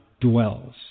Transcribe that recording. dwells